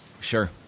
Sure